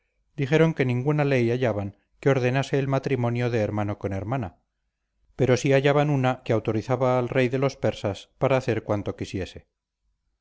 dijeron que ninguna ley hallaban que ordenase el matrimonio de hermano con hermana pero si hallaban una que autorizaba al rey de los persas para hacer cuanto quisiese